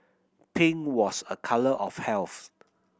pink was a colour of health